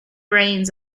reins